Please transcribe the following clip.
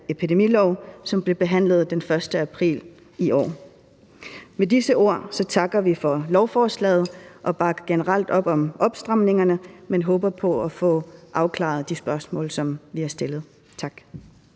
epidemilov, som blev behandlet den 1. april i år. Med disse ord takker vi for lovforslaget og bakker generelt op om opstramningerne, men håber på at få afklaret de spørgsmål, som vi har stillet. Tak.